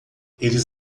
eles